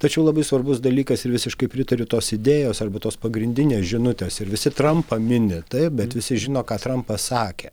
tačiau labai svarbus dalykas ir visiškai pritariu tos idėjos arba tos pagrindinės žinutės ir visi trampą mini taip bet visi žino ką trampas sakė